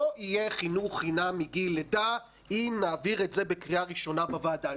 לא יהיה חינוך חינם מגיל לידה אם נעביר את זה בקריאה ראשונה בוועדה.